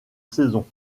saison